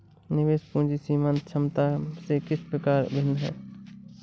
निवेश पूंजी सीमांत क्षमता से किस प्रकार भिन्न है?